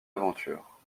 aventure